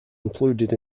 included